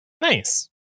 Nice